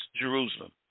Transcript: Jerusalem